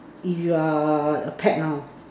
if you're a pet now